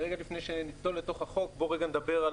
לפני שנצלול לתוך החוק בואו רגע נדבר על